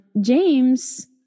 James